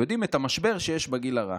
את המשבר שיש בגיל הרך.